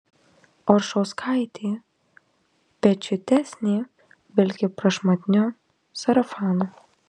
oršauskaitė pečiuitesnė vilki prašmatniu sarafanu